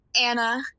Anna